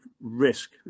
risk